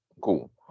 cool